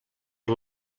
per